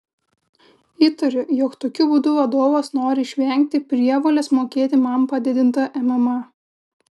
įtariu jog tokiu būdu vadovas nori išvengti prievolės mokėti man padidintą mma